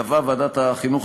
קבעה ועדת החינוך,